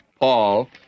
Paul